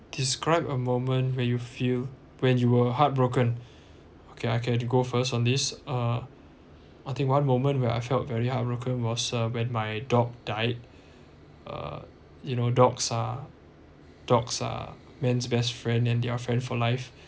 describe a moment where you feel when you were heartbroken okay I can go first on this uh I think one moment when I felt very heartbroken was when my dog died uh you know dogs are dogs are man's best friend and they're friends for life